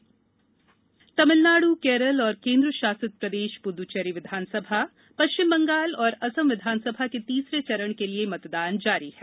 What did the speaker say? विस च्नाव तमिलनाडु केरल और केन्द्रशासित प्रदेश पुदुचेरी विधानसभा और पश्चिम बंगाल असम विधानसभा के तीसरे चरण के लिए मतदान जारी है